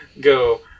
go